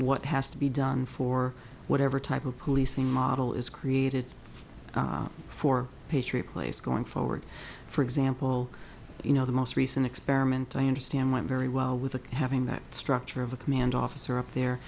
what has to be done for whatever type of policing model is created for patriot place going forward for example you know the most recent experiment i understand might very well with the having that structure of a command officer up there